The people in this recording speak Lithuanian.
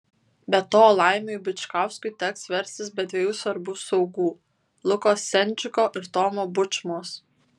be to laimiui bičkauskui teks verstis be dviejų svarbių saugų luko sendžiko ir tomo bučmos